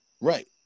Right